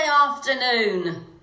afternoon